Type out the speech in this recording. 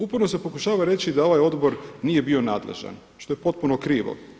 Uporno se pokušava reći da ovaj Odbor nije bio nadležan što je potpuno krivo.